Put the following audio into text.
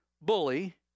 bully